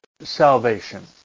salvation